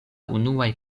unuaj